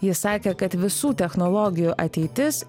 jis sakė kad visų technologijų ateitis